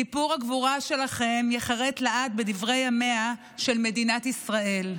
סיפור הגבורה שלכם ייחרט לעד בדברי ימיה של מדינת ישראל.